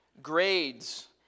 grades